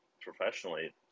professionally